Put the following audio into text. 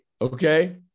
Okay